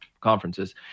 conferences